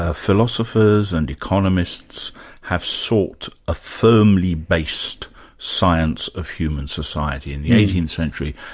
ah philosophers and economists have sought a firmly based science of human society. in the eighteenth century,